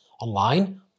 online